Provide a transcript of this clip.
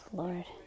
lord